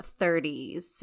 30s